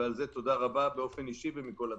ועל זה תודה רבה באופן אישי ומכל התעשייה.